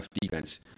defense